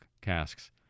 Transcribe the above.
casks